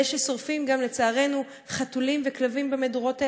וששורפים גם, לצערנו, חתולים וכלבים במדורות האלה.